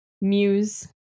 muse